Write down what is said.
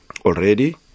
already